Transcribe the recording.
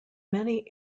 many